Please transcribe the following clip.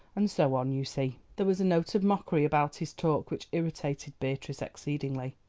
and so on, you see. there was a note of mockery about his talk which irritated beatrice exceedingly.